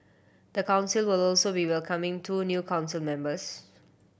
the council will also be welcoming two new council members